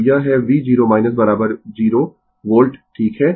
तो यह है v0 0 वोल्ट ठीक है